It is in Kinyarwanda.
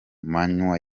manywa